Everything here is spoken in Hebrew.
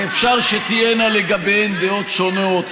ואפשר שתהיינה לגביהן דעות שונות,